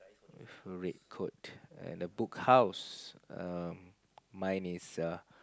with red coat and a Book House err mine is a